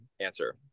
answer